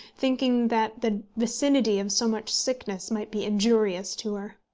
thinking that the vicinity of so much sickness might be injurious to her.